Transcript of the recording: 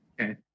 Okay